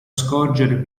scorgere